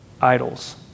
idols